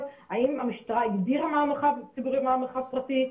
האם המשטרה הגדירה מהו מרחב ציבורי ומהו מרחב פרטי,